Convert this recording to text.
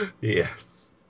Yes